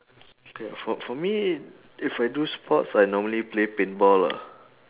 K for for me if I do sports I normally play paintball lah